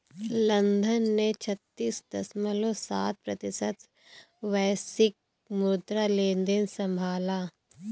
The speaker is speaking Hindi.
लंदन ने छत्तीस दश्मलव सात प्रतिशत वैश्विक मुद्रा लेनदेन संभाला